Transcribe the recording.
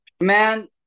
Man